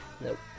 Nope